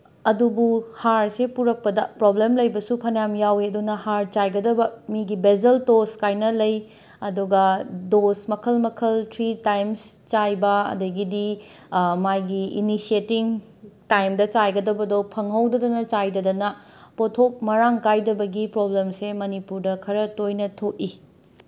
ꯑꯗꯨꯕꯨ ꯍꯥꯔꯁꯦ ꯄꯨꯔꯛꯄꯗ ꯄ꯭ꯔꯣꯕ꯭ꯂꯦꯝ ꯂꯩꯕꯁꯨ ꯐꯅꯌꯥꯝ ꯌꯥꯎꯋꯤ ꯑꯗꯨꯅ ꯍꯥꯔ ꯆꯥꯏꯒꯗꯕ ꯃꯤꯒꯤ ꯕꯦꯖꯜ ꯗꯣꯁ ꯀꯥꯏꯅ ꯂꯩ ꯑꯗꯨꯒ ꯗꯣꯁ ꯃꯈꯜ ꯃꯈꯜ ꯊ꯭ꯔꯤ ꯇꯥꯏꯝꯁ ꯆꯥꯏꯕ ꯑꯗꯒꯤꯗꯤ ꯃꯥꯒꯤ ꯏꯅꯤꯁꯤꯌꯦꯇꯤꯡ ꯇꯥꯏꯝꯗ ꯆꯥꯏꯒꯗꯕꯗꯣ ꯐꯪꯍꯧꯗꯗꯅ ꯆꯥꯏꯗꯗꯅ ꯄꯣꯠꯊꯣꯛ ꯃꯔꯥꯡ ꯀꯥꯏꯗꯕꯒꯤ ꯄ꯭ꯔꯣꯕ꯭ꯂꯦꯝꯁꯦ ꯃꯅꯤꯄꯨꯔꯗ ꯈꯔ ꯇꯣꯏꯅ ꯊꯣꯛꯏ